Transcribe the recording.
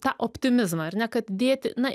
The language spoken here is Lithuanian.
tą optimizmą ar ne kad dėti na